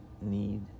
need